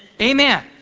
Amen